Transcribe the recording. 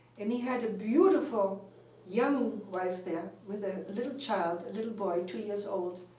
and he had a beautiful young wife there with a little child, a little boy, two years old.